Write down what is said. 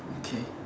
okay